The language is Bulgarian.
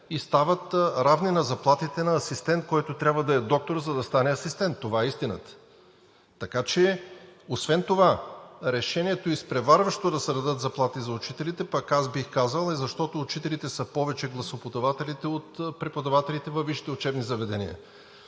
и стават равни на заплатите на асистент, който трябва да е доктор, за да стане асистент. Това е истината. Решението изпреварващо да се дадат заплати за учителите, пак бих казал, е, защото учителите са повече гласоподаватели от преподавателите във висшите учебни заведения.